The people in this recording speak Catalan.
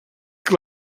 que